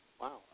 wow